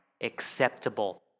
acceptable